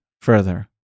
further